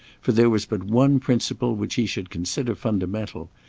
for there was but one principle which he should consider fundamental,